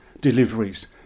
deliveries